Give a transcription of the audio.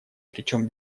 причем